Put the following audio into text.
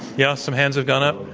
yeah? some hands have gone up.